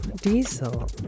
Diesel